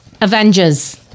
Avengers